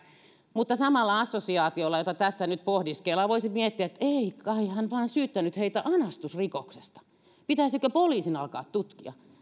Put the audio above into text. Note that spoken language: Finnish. mutta samalla assosiaatiolla jota tässä nyt pohdiskellaan voisi miettiä että ei kai hän vain syyttänyt heitä anastusrikoksesta pitäisikö poliisin alkaa tutkia